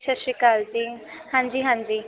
ਸਤਿ ਸ਼੍ਰੀ ਅਕਾਲ ਜੀ ਹਾਂਜੀ ਹਾਂਜੀ